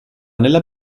nella